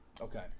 Okay